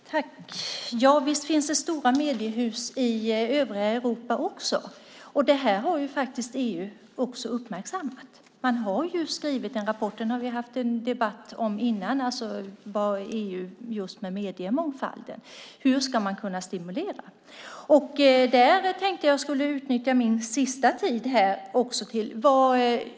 Herr talman! Ja, visst finns det stora mediehus i övriga Europa. Det här har EU också uppmärksammat. Man har skrivit en rapport, som vi har haft en debatt om tidigare, om mediemångfalden i EU och hur man ska kunna stimulera den. Jag tänkte att jag skulle utnyttja mitt sista inlägg till detta.